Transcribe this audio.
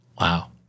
Wow